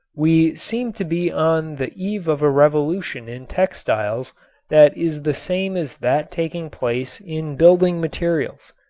we seem to be on the eve of a revolution in textiles that is the same as that taking place in building materials.